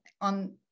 on